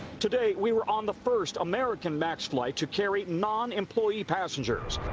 today we were on the first american max flight to carry nonemployee passengers